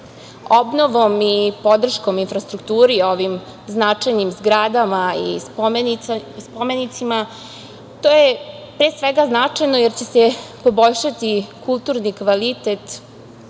i podrškom infrastrukturi ovim značajnim zgradama i spomenicima to je pre svega značajno, jer će se poboljšati kulturni kvalitet